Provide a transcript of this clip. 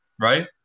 right